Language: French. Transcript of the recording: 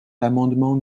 l’amendement